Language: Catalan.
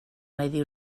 medi